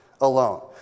alone